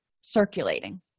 circulating